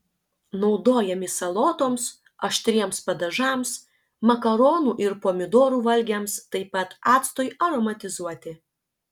naudojami salotoms aštriems padažams makaronų ir pomidorų valgiams taip pat actui aromatizuoti